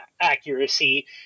accuracy